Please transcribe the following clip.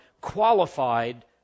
qualified